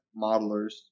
modelers